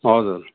हजुर